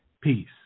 Peace